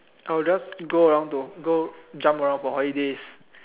I will just go around to go jump around for holidays